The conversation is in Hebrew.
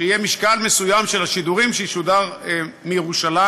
שיהיה משקל מסוים של השידורים שישודרו מירושלים,